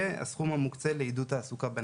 ובנוסף הסכום המוקצה לעידוד תעסוקה בנגב.